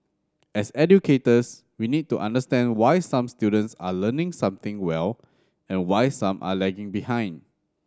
as educators we need to understand why some students are learning something well and why some are lagging behind